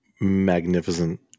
magnificent